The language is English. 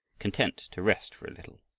content to rest for a little.